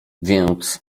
więc